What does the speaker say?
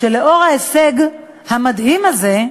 שלאור ההישג המדהים הזה,